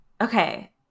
Okay